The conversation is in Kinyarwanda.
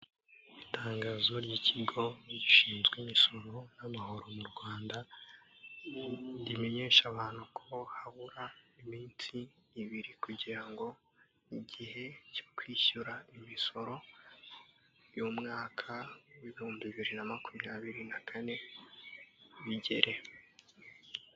Itangazo ry'ikigo gishinzwe imisoro n'amahoro mu Rwanda, rimenyesha abantu ko habura iminsi ibiri kugira ngo igihe cyo kwishyura imisoro y'umwaka w' ibihumbi bibiri na makumyabiri na kane bigere.